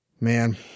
man